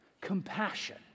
compassion